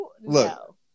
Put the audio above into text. look